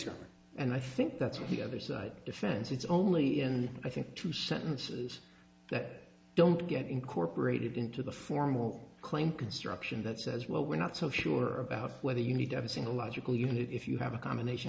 yes and i think that's what he other side defends it's only in i think two sentences that don't get incorporated into the formal claim construction that says well we're not so sure about whether you need to have a single logical unit if you have a combination